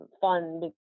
fun